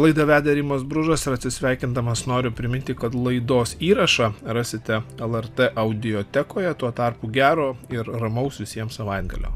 laidą vedė rimas bružas ir atsisveikindamas noriu priminti kad laidos įrašą rasite lrt audijotekoje tuo tarpu gero ir ramaus visiems savaitgalio